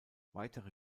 weitere